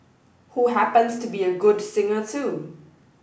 who happens to be a good singer too